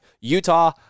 Utah